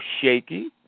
shaky